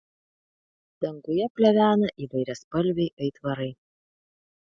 danguje plevena įvairiaspalviai aitvarai